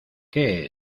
qué